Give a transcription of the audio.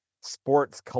sports